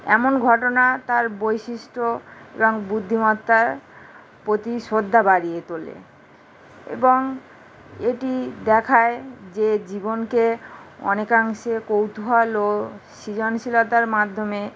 এমন ঘটনা তার বৈশিষ্ট্য এবং বুদ্ধিমত্তার প্রতি শ্রদ্ধা বাড়িয়ে তোলে এবং এটি দেখায় যে জীবনকে অনেকাংশে কৌতূহল ও সৃজনশীলতার মাধ্যমে